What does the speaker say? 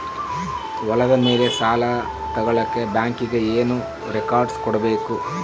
ಹೊಲದ ಮೇಲೆ ಸಾಲ ತಗಳಕ ಬ್ಯಾಂಕಿಗೆ ಏನು ಏನು ರೆಕಾರ್ಡ್ಸ್ ಕೊಡಬೇಕು?